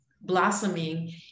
blossoming